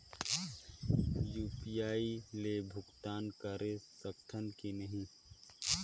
UPI ले भुगतान करे सकथन कि नहीं?